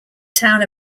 town